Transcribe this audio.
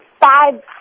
five